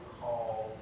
call